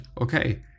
okay